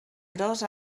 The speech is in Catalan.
gros